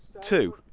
Two